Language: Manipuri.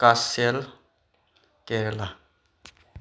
ꯀꯥꯁꯦꯜ ꯀꯦꯔꯦꯂꯥ